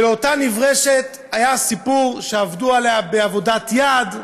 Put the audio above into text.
ולאותה נברשת היה סיפור שעבדו עליה בעבודת יד.